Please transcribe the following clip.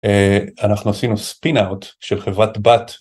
אנחנו עשינו SpinOut של חברת בת.